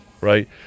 right